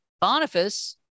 Boniface